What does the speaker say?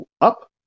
up